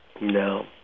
No